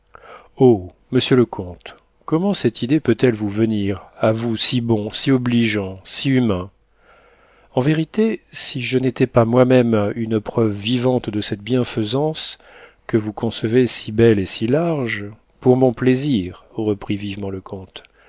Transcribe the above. monsieur le comte comment cette idée peut-elle vous venir à vous si bon si obligeant si humain en vérité si je n'étais pas moi-même une preuve vivante de cette bienfaisance que vous concevez si belle et si large pour mon plaisir reprit vivement le comte